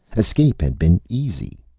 escape had been easy.